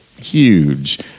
huge